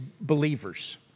believers